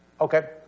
Okay